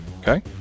Okay